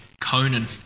Conan